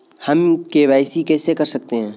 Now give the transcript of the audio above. हम के.वाई.सी कैसे कर सकते हैं?